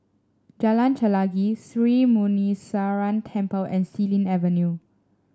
Jalan Chelagi Sri Muneeswaran Temple and Xilin Avenue